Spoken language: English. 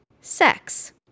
Sex